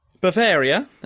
Bavaria